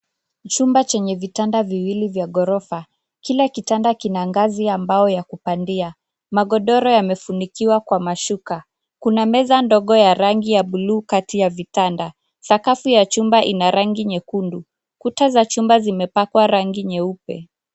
Chumba chenye vitanda viwili vya ghorofa. Kila kitanda kina ngazi ya mbao ya kupandia. Magodoro yamefunikiwa kwa mashuka. Kuna meza ndogo ya rangi ya bluu kati ya vitanda. Sakafu ya chumba ina rangi nyekundu. Kuta za chumba zimepakwa rangi nyeupe.